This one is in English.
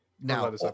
Now